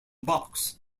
box